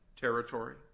territory